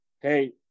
Hey